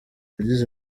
yagize